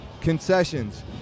concessions